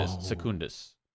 Secundus